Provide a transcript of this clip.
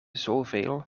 zoveel